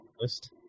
list